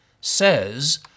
says